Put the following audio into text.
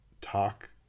talk